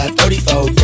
34